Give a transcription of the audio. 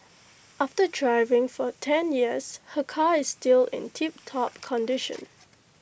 after driving for ten years her car is still in tiptop condition